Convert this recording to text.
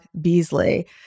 Beasley